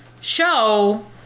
show